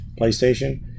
PlayStation